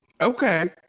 Okay